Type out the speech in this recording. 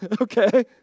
okay